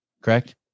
correct